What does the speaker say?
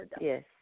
yes